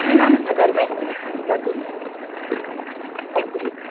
जी ma'am सदर में हूँ लेकिन थैंकयू मैम